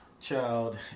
child